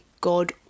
God